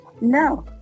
no